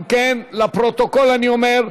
אם כן, לפרוטוקול אני אומר,